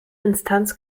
instanz